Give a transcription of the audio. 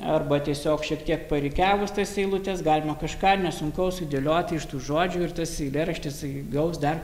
arba tiesiog šiek tiek parikiavus tas eilutes galima kažką nesunkaus sudėlioti iš tų žodžių ir tas eilėraštis gaus dar